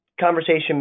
conversation